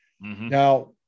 Now